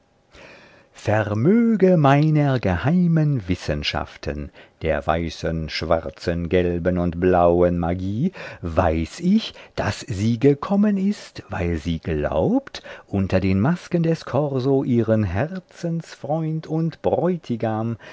vermöge meiner geheimen wissenschaften der weißen schwarzen gelben und blauen magie weiß ich daß sie gekommen ist weil sie glaubt unter den masken des korso ihren herzensfreund und bräutigam